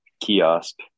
kiosk